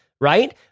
right